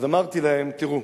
אמרתי להם, תראו,